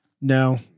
No